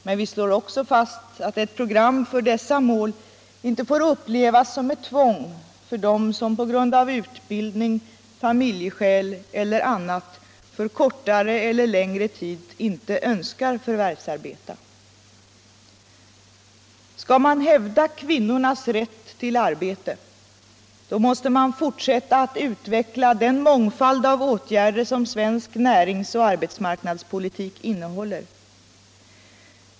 Men vi slår också fast att ett program för dessa mål inte får upplevas som ett tvång för dem som på grund av utbildning, av familjeskäl eller andra skäl för kortare eller längre tid inte önskar förvärvsarbeta. Skall man hävda kvinnornas rätt till arbete, då måste man fortsätta att utveckla den mångfald av åtgärder som svensk näringsoch arbetsmarknadspolitik innehåller.